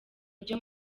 ryo